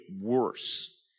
worse